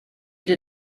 did